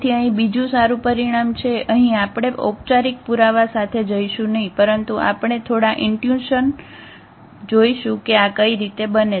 તેથી અહીં બીજું સારું પરિણામ છે અહીં આપણે ઔપચારિક પુરાવા સાથે જઈશું નહિ પરંતુ આપણે થોડા ઈન્ટ્યુશન જોઈશું કે આ કઈ રીતે બને છે